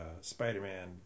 Spider-Man